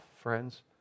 friends